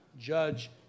judge